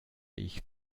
ich